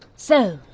so,